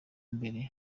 mbere